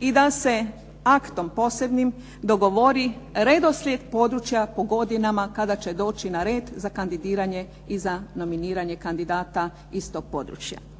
i da se aktom posebnim dogovori redoslijed područja po godinama kada će doći na red za kandidiranje i za nominiranje kandidata iz tog područja.